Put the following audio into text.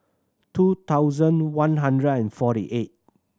two thousand one hundred and forty eight